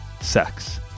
sex